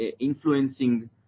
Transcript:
influencing